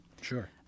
Sure